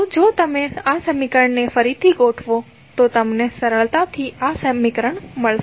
તો જો તમે આ સમીકરણને ફરીથી ગોઠવો તો તમને સરળતાથી આ સમીકરણ મળશે